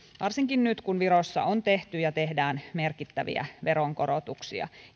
varsinkin nyt kun virossa on tehty ja tehdään merkittäviä veronkorotuksia